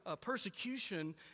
persecution